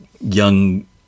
young